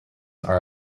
are